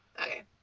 Okay